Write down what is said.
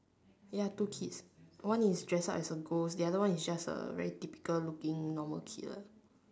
ya two kids one is dress up as a ghost the other one is just a very typical looking normal kid ah